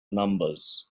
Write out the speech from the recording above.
numbers